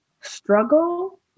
struggle